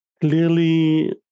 clearly